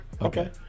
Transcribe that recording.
Okay